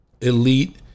elite